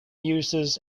uses